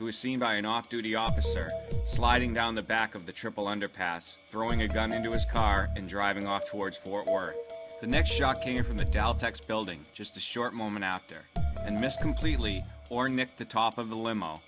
was seen by an off duty officer sliding down the back of the triple underpass throwing a gun into his car and driving off towards four or the next shocking from the dow text building just a short moment after and missed completely or nicked the top of the